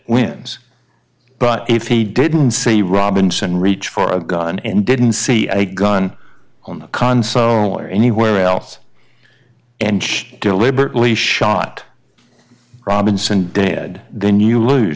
wins but if he didn't see robinson reach for a gun and didn't see a gun on the console or anywhere else and deliberately shot robinson dead then you lose